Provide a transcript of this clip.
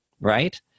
right